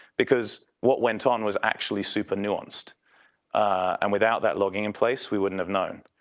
because what went on was actually super new ones and without that logging in place, we wouldn't have known.